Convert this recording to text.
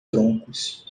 troncos